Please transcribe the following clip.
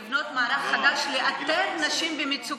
לבנות מערך חדש לאתר נשים במצוקה.